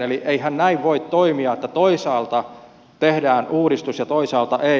eli eihän näin voi toimia että toisaalta tehdään uudistus ja toisaalta ei